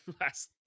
last